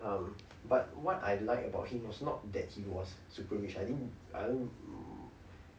um but what I like about him was not that he was super rich I think I think mm